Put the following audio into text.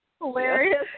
Hilarious